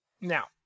Now